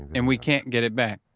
and we can't get it back.